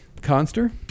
Conster